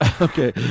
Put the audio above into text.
Okay